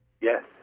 Yes